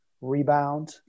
rebound